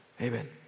Amen